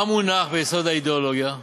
מה מונח ביסוד האידיאולוגיה?